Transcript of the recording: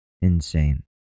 insane